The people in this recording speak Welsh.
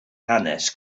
hanes